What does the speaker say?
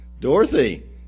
Dorothy